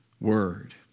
word